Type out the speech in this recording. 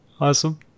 Awesome